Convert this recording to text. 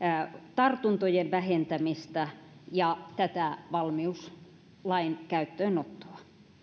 tartuntojen vähentämistä ja tätä valmiuslain käyttöönottoa